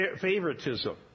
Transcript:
favoritism